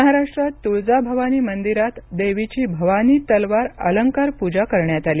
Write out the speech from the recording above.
महाराष्ट्रात तुळजाभवानी मंदिरात देवीची भवानी तलवार अलंकार पूजा करण्यात आली